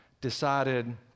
decided